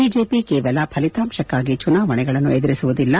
BJP ಕೇವಲ ಫಲಿತಾಂಶಕ್ಕಾಗಿ ಚುನಾವಣೆಗಳನ್ನು ಎದುರಿಸುವುದಿಲ್ಲ